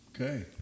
Okay